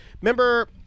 Remember